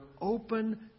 open